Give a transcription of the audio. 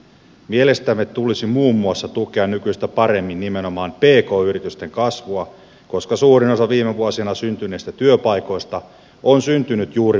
mielestämme tulisi muun muassa tukea nykyistä paremmin nimenomaan pk yritysten kasvua koska suurin osa viime vuosina syntyneistä työpaikoista on syntynyt juuri pk sektorille